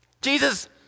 Jesus